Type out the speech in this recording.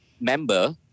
member